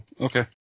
okay